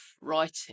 writing